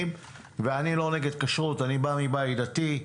ואני לא נגד כשרות, אני בא מבית דתי,